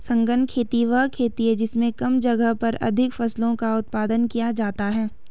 सघन खेती वह खेती है जिसमें कम जगह पर अधिक फसलों का उत्पादन किया जाता है